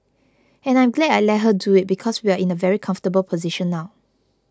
and I'm glad I let her do it because we're in a very comfortable position now